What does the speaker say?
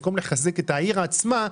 במקום לחזק את העיר עצמה,